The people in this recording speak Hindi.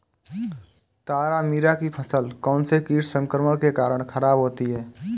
तारामीरा की फसल कौनसे कीट संक्रमण के कारण खराब होती है?